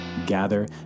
gather